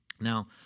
Now